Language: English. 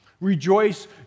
Rejoice